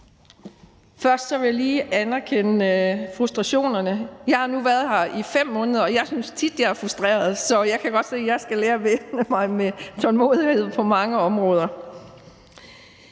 Først vil jeg lige anerkende frustrationerne. Jeg har nu været her i 5 måneder, og jeg synes tit, jeg er frustreret, så jeg kan godt se, at jeg skal lære at væbne mig med tålmodighed på mange områder.